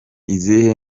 izihe